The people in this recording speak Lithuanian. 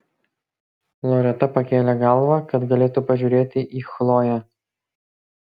loreta pakėlė galvą kad galėtų pažiūrėti į chloję